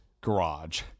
garage